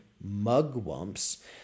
mugwumps